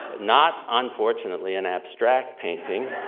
not, unfortunately, an abstract painting.